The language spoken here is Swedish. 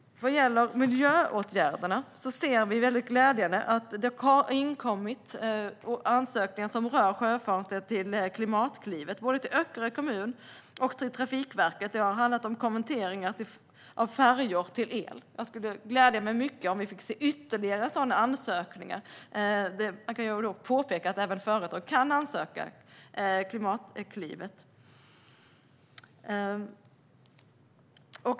Vad gäller miljöåtgärderna ser vi det som väldigt glädjande att det har inkommit ansökningar till Klimatklivet som rör sjöfarten både till Öckerö kommun och till Trafikverket. Det har handlat om konverteringar av färjor till el. Det skulle glädja mig mycket om vi fick se ytterligare sådana ansökningar. Här kan jag påpeka att även företag kan ansöka till Klimatklivet.